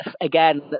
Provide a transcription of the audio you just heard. again